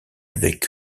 avec